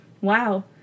Wow